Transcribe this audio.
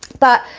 but